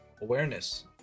awareness